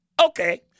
okay